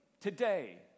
today